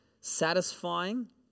satisfying